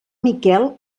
miquel